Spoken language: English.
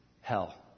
hell